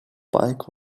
bike